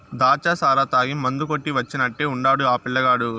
దాచ్చా సారా తాగి మందు కొట్టి వచ్చినట్టే ఉండాడు ఆ పిల్లగాడు